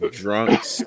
drunks